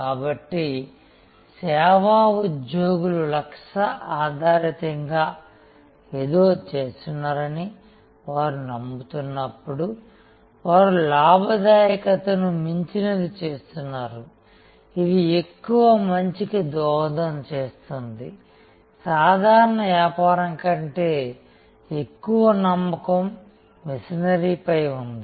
కాబట్టి సేవా ఉద్యోగులు లక్ష్య ఆధారితంగా ఏదో చేస్తున్నారని వారు నమ్ముతున్నప్పుడు వారు లాభదాయకతకు మించినది చేస్తున్నారు ఇది ఎక్కువ మంచికి దోహదం చేస్తుంది సాధారణ వ్యాపారం కంటే ఎక్కువ నమ్మకం మిషనరీపై ఉంది